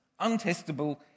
untestable